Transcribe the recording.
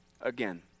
again